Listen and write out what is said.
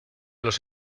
los